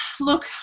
look